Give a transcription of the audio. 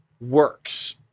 works